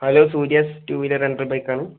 hello Suryas two wheeler rental bike ആണ്